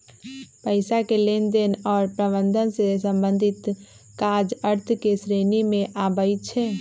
पइसा के लेनदेन आऽ प्रबंधन से संबंधित काज अर्थ के श्रेणी में आबइ छै